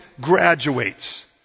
graduates